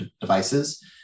devices